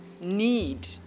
need